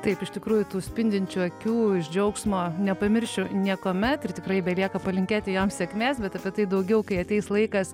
taip iš tikrųjų tų spindinčių akių iš džiaugsmo nepamiršiu niekuomet ir tikrai belieka palinkėti joms sėkmės bet apie tai daugiau kai ateis laikas